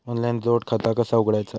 Online जोड खाता कसा उघडायचा?